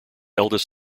eldest